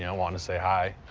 know, wanting to say hi.